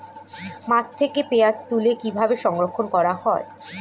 মাঠ থেকে পেঁয়াজ তুলে কিভাবে সংরক্ষণ করা হয়?